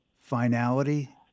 finality